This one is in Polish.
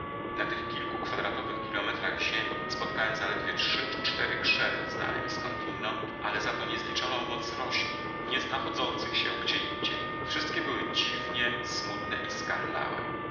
na tych kilku kwadratowych kilometrach ziemi spotkałem zaledwie trzy czy cztery krzewy znane mi skądinąd ale zato niezliczoną moc roślin nie znachodzących się gdzieindziej wszystkie były dziwnie smutne i skarlałe